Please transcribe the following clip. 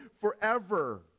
forever